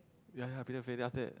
ya ya people will say then after that